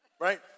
right